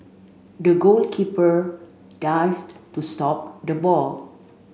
the goalkeeper dived to stop the ball